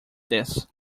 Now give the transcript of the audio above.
this